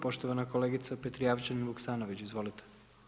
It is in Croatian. Poštovana kolegica Petrijevčanin Vuksanović, izvolite.